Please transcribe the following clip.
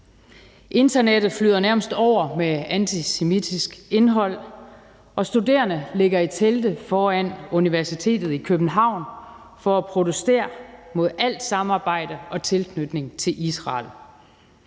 Internettet flyder nærmest over med antisemitisk indhold, og studerende ligger i telte foran universitetet i København for at protestere mod alt samarbejde med og tilknytning til Israel.